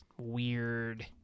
weird